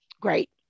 Great